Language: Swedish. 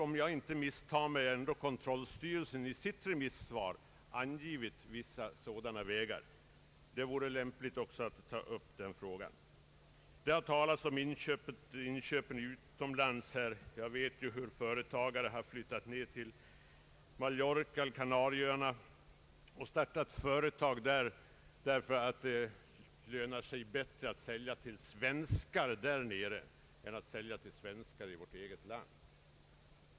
Om jag inte missminner mig har kontrollstyrelsen i sitt remissvar angivit vissa sådana vägar, och det hade varit lämpligt att utskottet här hade följt kontrollstyrelsens förslag. Det har talats om inköpen utomlands. Det finns företagare som flyttat till Mallorca och Kanarieöarna och där startat guldsmedsaffär, eftersom det lönar sig bättre för svenska företagare att sälja svenska guldoch silvervaror till svenskar där nere än i vårt eget land.